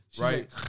right